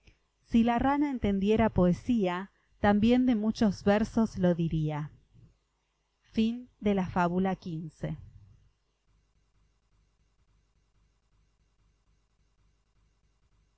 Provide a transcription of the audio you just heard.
si la rana entendiera poesía también de muchos versos lo diría fábula